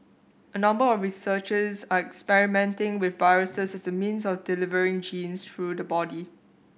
a number of researchers are experimenting with viruses as a means for delivering genes through the body